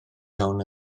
iawn